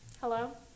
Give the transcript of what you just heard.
hello